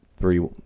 three